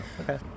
okay